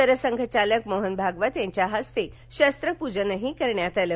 सरसंघचालक मोहन भागवत यांच्या हस्ते शस्त्रप्जनही करण्यात आलं